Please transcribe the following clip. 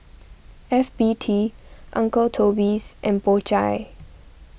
F B T Uncle Toby's and Po Chai